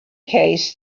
case